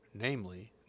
Namely